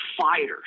fighters